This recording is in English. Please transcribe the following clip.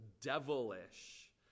devilish